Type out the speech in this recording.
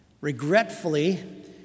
regretfully